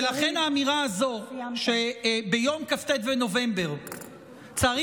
ולכן האמירה הזאת שביום כ"ט בנובמבר צריך